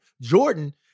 Jordan